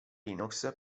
linux